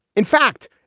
in fact,